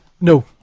No